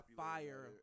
fire